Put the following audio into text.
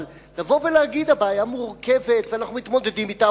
אבל לבוא ולהגיד: הבעיה מורכבת ואנחנו מתמודדים אתה,